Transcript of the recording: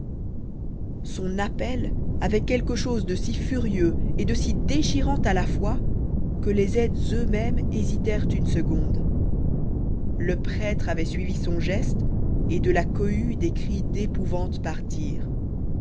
son appel avait quelque chose de si furieux et de si déchirant à la fois que les aides eux-mêmes hésitèrent une seconde le prêtre avait suivi son geste et de la cohue des cris d'épouvante partirent